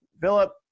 Philip